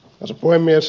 arvoisa puhemies